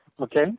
Okay